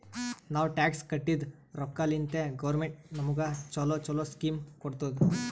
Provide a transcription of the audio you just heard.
ನಾವ್ ಟ್ಯಾಕ್ಸ್ ಕಟ್ಟಿದ್ ರೊಕ್ಕಾಲಿಂತೆ ಗೌರ್ಮೆಂಟ್ ನಮುಗ ಛಲೋ ಛಲೋ ಸ್ಕೀಮ್ ಕೊಡ್ತುದ್